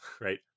right